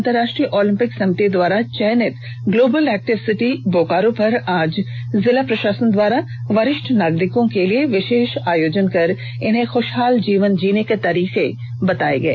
अंतर्राष्ट्रीय ओलंपिक समिति द्वारा चयनित ग्लोबल एक्टिव सिटी बोकारो पर आज जिला प्रषासन द्वारा वरिष्ठ नागरिकों के लिए विषेष आयोजन कर इन्हें खुषहाल जीवन जीने के तरीके बताए गए